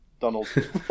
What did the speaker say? Donald